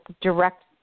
direct